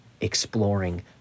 exploring